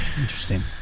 Interesting